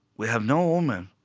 we have no women.